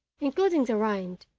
including the rind,